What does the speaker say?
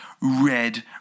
red